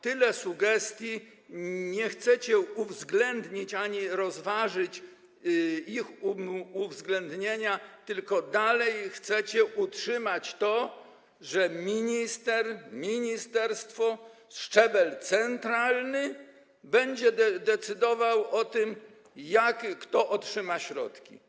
Tyle sugestii, a wy nie chcecie uwzględnić ani nawet rozważyć ich uwzględnienia, tylko dalej chcecie utrzymać to, że minister, ministerstwo, szczebel centralny będą decydowali o tym, jakie kto otrzyma środki.